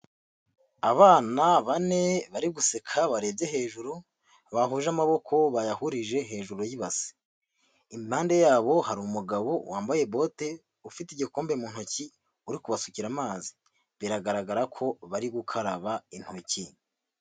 Abana bane bari guseka barebye hejuru bahuje amaboko bayahurije hejuru y'ibasi . Impande yabo hari umugabo wambaye bote, ufite igikombe mu ntoki uri kubasukira amazi . Biragaragara ko bari gukaraba intoki.